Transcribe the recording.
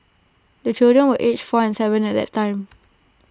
the children were aged four and Seven at that time